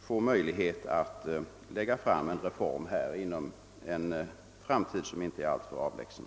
få möjlighet att lägga fram ett reformförslag inom en inte alltför avlägsen framtid.